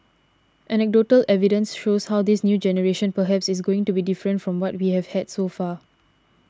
anecdotal evidence shows how this new generation perhaps is going to be different from what we have had so far